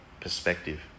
perspective